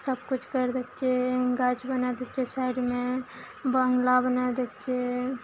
सबकिछु करि दै छियै गाछ बना दै छियै साइडमे बँगला बना दै छियै